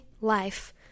life